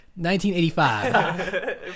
1985